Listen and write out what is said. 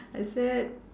I said